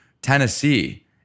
Tennessee